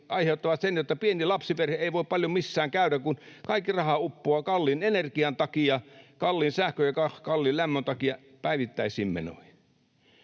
aiheuttaa sen, että pieni lapsiperhe ei voi paljon missään käydä, kun kaikki raha uppoaa kalliin energian takia, kalliin sähkön ja kalliin lämmön takia päivittäisiin menoihin.